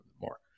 more